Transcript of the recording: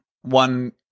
One